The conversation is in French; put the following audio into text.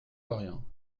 lorient